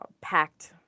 packed